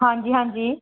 ਹਾਂਜੀ ਹਾਂਜੀ